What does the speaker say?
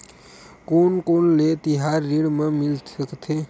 कोन कोन ले तिहार ऋण मिल सकथे?